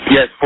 Yes